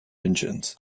engines